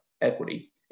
equity